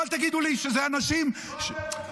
ואל תגידו לי שזה אנשים --- זו